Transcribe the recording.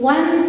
One